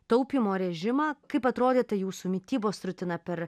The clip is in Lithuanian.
taupymo režimą kaip atrodė ta jūsų mitybos rutina per